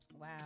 Wow